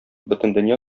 бөтендөнья